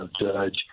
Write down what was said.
judge